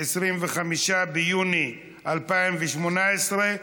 25 ביוני 2018,